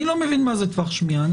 אני לא מבין מה זה טווח שמיעה.